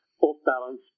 off-balance